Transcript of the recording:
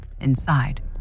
Inside